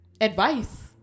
advice